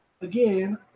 again